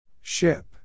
Ship